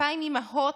2,000 אימהות,